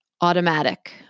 automatic